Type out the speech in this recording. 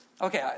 Okay